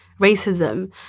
racism